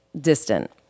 distant